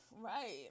right